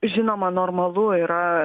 žinoma normalu yra